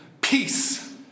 peace